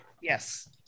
Yes